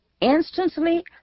Instantly